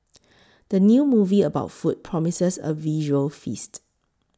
the new movie about food promises a visual feast